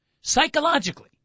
psychologically